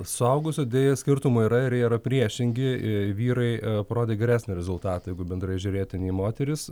suaugusių deja skirtumų yra ir jie yra priešingi vyrai parodė geresnį rezultatą jeigu bendrai žiūrėti nei į moterys